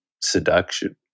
seduction